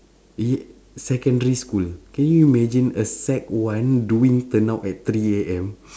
ye~ secondary school can you imagine a sec one doing turnout at three A_M